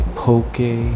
poke